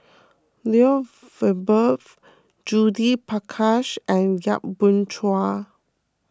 Lloyd Valberg Judith Prakash and Yap Boon Chuan